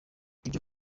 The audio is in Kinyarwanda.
ibyo